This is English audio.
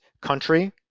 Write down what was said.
country